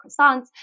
croissants